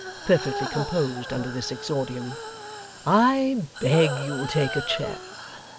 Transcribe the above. perfectly composed under this exordium i beg you'll take a chair.